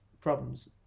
problems